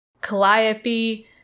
Calliope